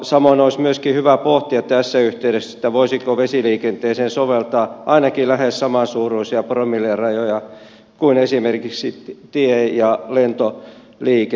samoin olisi myöskin hyvä pohtia tässä yhteydessä voisiko vesiliikenteeseen soveltaa ainakin lähes samansuuruisia promillerajoja kuin esimerkiksi tie ja lentoliikenteessä